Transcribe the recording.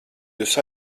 jūs